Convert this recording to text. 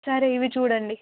సరే ఇవి చూడండి